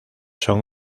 son